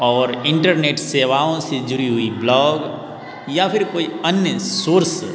और इंटरनेट सेवाओं से जुड़ी हुई ब्लॉग या फिर कोई अन्य सोर्स